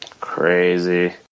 Crazy